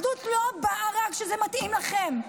אחדות לא באה רק כשזה מתאים לכם.